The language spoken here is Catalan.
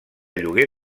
lloguer